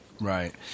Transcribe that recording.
right